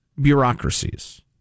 bureaucracies